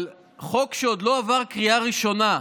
אבל חוק שעוד לא עבר קריאה ראשונה,